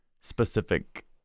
specific